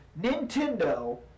Nintendo